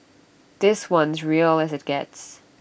this one's real as IT gets